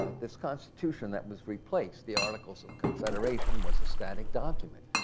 ah this constitution that was replaced, the articles of confederation was a static document.